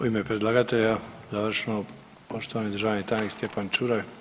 U ime predlagatelja završno poštovani državni tajnik Stjepan Čuraj.